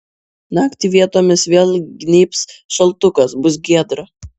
naktį vietomis vėl gnybs šaltukas bus giedra